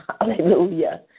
Hallelujah